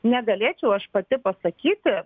negalėčiau aš pati pasakyti